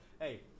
hey